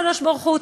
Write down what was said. הקדוש-ברוך-הוא,